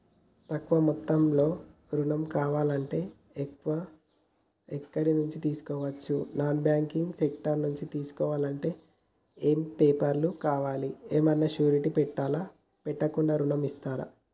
తక్కువ మొత్తంలో ఋణం కావాలి అంటే ఎక్కడి నుంచి తీసుకోవచ్చు? నాన్ బ్యాంకింగ్ సెక్టార్ నుంచి తీసుకోవాలంటే ఏమి పేపర్ లు కావాలి? ఏమన్నా షూరిటీ పెట్టాలా? పెట్టకుండా ఋణం ఇస్తరా?